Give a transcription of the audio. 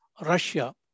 Russia